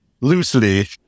loosely